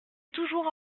toujours